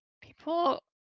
people